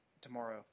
tomorrow